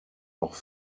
auch